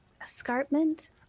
escarpment